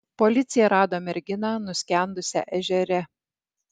policija rado merginą nuskendusią ežere